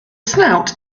snout